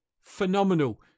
Phenomenal